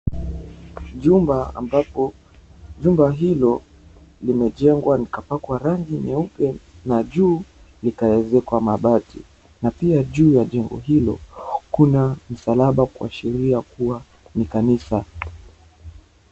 Jumba ambapo jumba hilo limejengwa likapakwa rangi nyeupe na juu likazekwa mabati na pia juu ya jengo hilo kuna msalaba kuashiria kuwa ni kanisa.